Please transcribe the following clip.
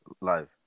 live